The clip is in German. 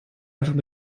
einfach